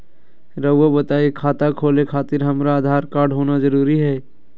रउआ बताई खाता खोले खातिर हमरा आधार कार्ड होना जरूरी है?